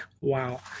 Wow